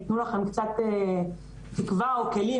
שינוי תפיסה ועל שינוי שיטה.